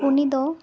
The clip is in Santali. ᱩᱱᱤ ᱫᱚ